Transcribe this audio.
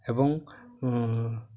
ଏବଂ